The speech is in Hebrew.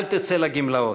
אל תצא לגמלאות.